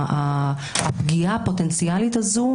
הפגיעה הפוטנציאלית הזו,